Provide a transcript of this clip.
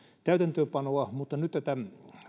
täytäntöönpanoa mutta nyt tätä